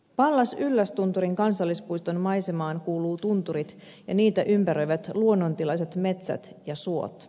pallas yllästunturin kansallispuiston maisemaan kuuluu tunturit ja niitä ympäröivät luonnontilaiset metsät ja suot